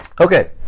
okay